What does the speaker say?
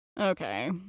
Okay